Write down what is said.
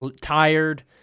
tired